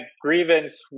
grievance